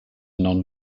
non